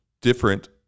different